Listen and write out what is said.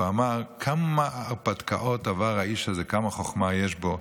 ואמר כמה הרפתקאות עבר האיש הזה, כמה חוכמה יש בו,